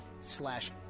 slash